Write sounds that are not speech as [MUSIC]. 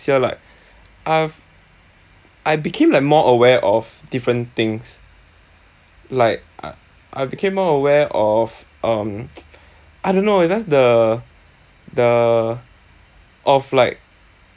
year like I've I became like more aware of different things like I I became more aware of um [NOISE] I don't know it's just the the of like